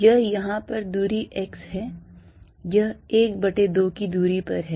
यह यहाँ पर दूरी x है यह a बटे 2 की दूरी पर है